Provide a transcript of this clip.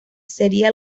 sería